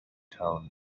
town